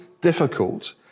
difficult